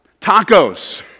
tacos